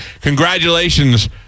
Congratulations